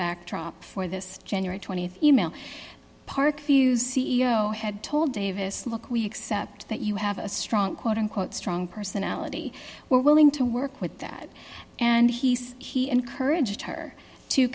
backdrop for this january th e mail park fuz c e o had told davis look we accept that you have a strong quote unquote strong personality we're willing to work with that and he said he encouraged her to